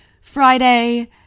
Friday